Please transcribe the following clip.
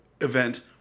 event